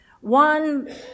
One